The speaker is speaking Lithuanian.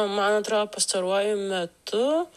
man atro pastaruoju metu